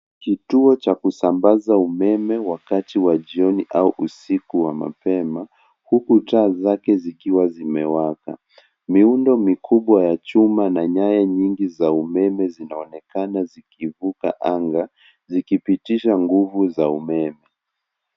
Kituo cha kusambaza umeme wakati wa jioni au usiku wa mapema huku taa zake zikiwa zimewaka. Miundo mikubwa ya chuma na nyaya nyingi za umeme zinaonekana zikivuka anga zikipitisha nguvu za umeme.